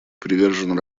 привержен